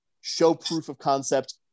show-proof-of-concept